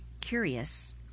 curious